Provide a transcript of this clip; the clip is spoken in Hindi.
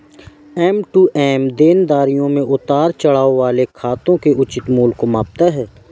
एम.टू.एम देनदारियों में उतार चढ़ाव वाले खातों के उचित मूल्य को मापता है